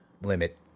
limit